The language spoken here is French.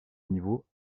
niveau